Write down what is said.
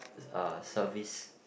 uh service